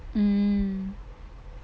mm